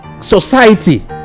society